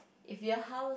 if your house